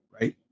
right